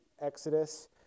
Exodus